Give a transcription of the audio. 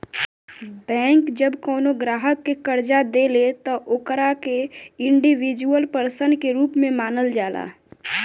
bank जब कवनो ग्राहक के कर्जा देले त ओकरा के इंडिविजुअल पर्सन के रूप में मानल जाला